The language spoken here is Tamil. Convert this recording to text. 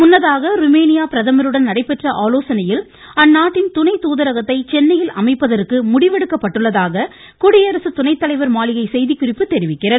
முன்னதாக ருமேனியா பிரதமருடன் நடைபெற்ற அந்நாட்டின் துணை தூதரகத்தை சென்னையில் அமைப்பதற்கு முடிவெடுக்கப்பட்டுள்ளதாக குடியரசுத் துணைத்தலைவர் மாளிகை செய்திக்குறிப்பு தெரிவிக்கிறது